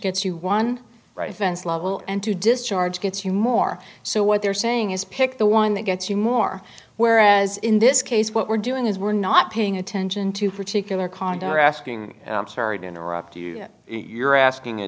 gets you one right fence level and to discharge gets you more so what they're saying is pick the one that gets you more whereas in this case what we're doing is we're not paying attention to particular cond are asking interrupt you you're asking a